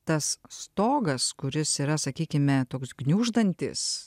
tas stogas kuris yra sakykime toks gniuždantis